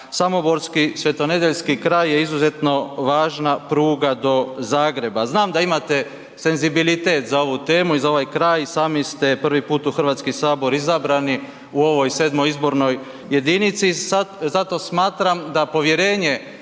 samoborski, svetonedeljski kraj je izuzetno važna pruga do Zagreba. Znam da imate senzibilitet za ovu temu i za ovaj kraj i sami ste prvi put u Hrvatski sabor izabrani u ovoj 7. izbornoj jedinici zato smatram da povjerenje